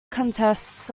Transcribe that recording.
contests